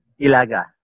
Ilaga